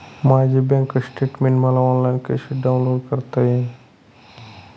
माझे bank statement मला online कसे डाउनलोड करता येईल?